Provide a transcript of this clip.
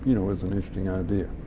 you know, is an interesting idea.